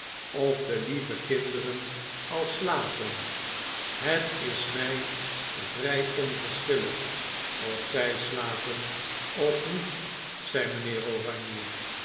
of de lieve kinderen al slapen het is my vry onverschillig of zy slapen of niet zei mijnheer oranje